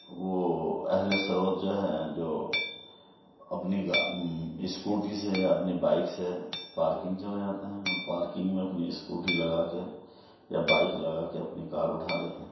وہ اہل ثروت جو ہیں جو اپنی گا اسکوٹی سے اپنی بائک سے پارکنگ چلے جاتے ہیں پارکنگ میں اپنی اسکوٹی لگا کے یا بائک لگا کے اپنی کار اٹھا لیتے ہیں